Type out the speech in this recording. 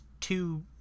two